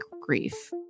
grief